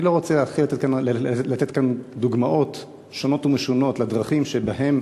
אני לא רוצה להתחיל לתת כאן דוגמאות שונות ומשונות לדרכים שבהן